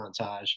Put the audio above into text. montage